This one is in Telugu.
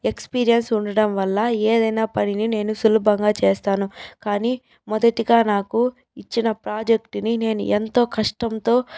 ఎక్స్పీరియన్స్ ఉండడం వల్ల ఏదైనా పనిని నేను సులభంగా చేస్తాను కానీ మొదటిగా నాకు ఇచ్చిన ప్రాజెక్టు ని నేను ఎంతో కష్టంతో